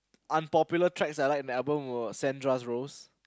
unpopular tracks I like in their album was Sandra's Rose